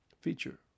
feature